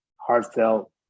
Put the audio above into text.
heartfelt